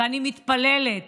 ואני מתפללת